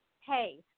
hey